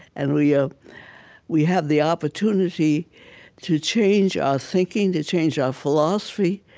and we ah we have the opportunity to change our thinking, to change our philosophy,